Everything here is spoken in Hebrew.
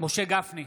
משה גפני,